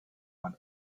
but